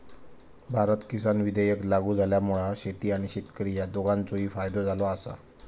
भारत किसान विधेयक लागू झाल्यामुळा शेती आणि शेतकरी ह्या दोघांचोही फायदो झालो आसा